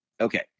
Okay